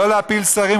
לא להפיל שרים,